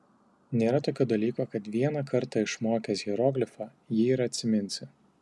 nėra tokio dalyko kad vieną kartą išmokęs hieroglifą jį ir atsiminsi